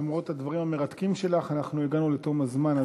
למרות הדברים המרתקים שלך אנחנו הגענו לתום הזמן.